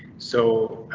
so